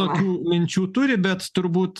tokių minčių turi bet turbūt